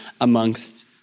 amongst